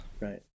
Right